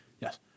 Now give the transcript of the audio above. Yes